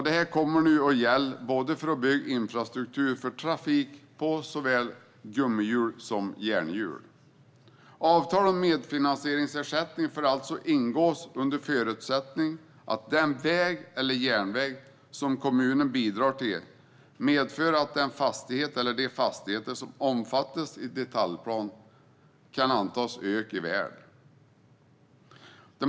Detta kommer att gälla för att bygga infrastruktur för trafik på såväl gummihjul som järnhjul. Avtalen om medfinansieringsersättning får alltså ingås under förutsättning att den väg eller järnväg som kommunen bidrar till medför att den fastighet eller de fastigheter som omfattas i detaljplan kan antas öka i värde.